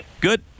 Good